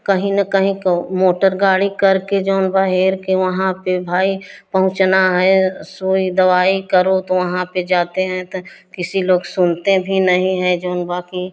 कहीं न कहीं को मोटर गाड़ी करके जौन बा हेर के वहाँ पर भाई पहुँचना है सुई दवाई करो तो वहाँ पर जाते हैं त किसी लोग सुनते भी नहीं हैं जौन बा कि